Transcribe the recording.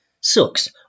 sucks